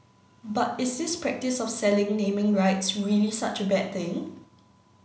but is this practice of selling naming rights really such a bad thing